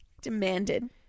Demanded